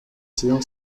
zion